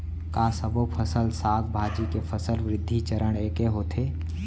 का सबो फसल, साग भाजी के फसल वृद्धि चरण ऐके होथे?